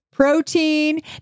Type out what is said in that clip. protein